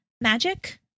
magic